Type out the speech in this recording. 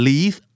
Leave